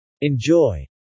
Enjoy